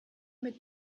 mit